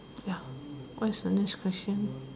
ya what is the next question